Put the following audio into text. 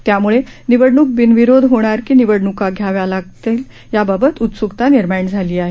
त्यामुळे निवडणूक बिनविरोध होणार की निवडणूका घ्यावा लागणार याबाबत उत्सूकता निर्माण झाली आहे